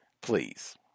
Please